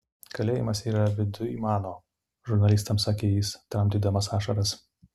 kalėjimas yra viduj mano žurnalistams sakė jis tramdydamas ašaras